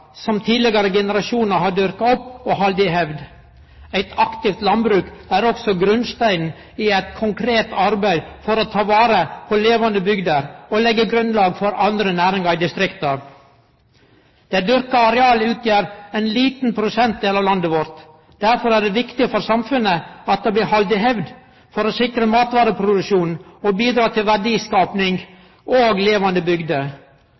som tidlegare generasjonar har dyrka opp og halde i hevd. Eit aktivt landbruk er også grunnsteinen i eit konkret arbeid for å ta vare på levande bygder og leggje grunnlag for andre næringar i distrikta. Det dyrka arealet utgjer ein liten prosentdel av landet vårt. Derfor er det viktig for samfunnet at det blir halde i hevd for å sikre matvareproduksjonen og bidra til verdiskaping og levande bygder.